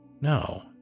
No